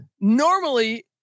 Normally